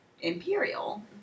imperial